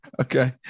Okay